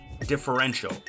differential